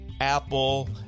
Apple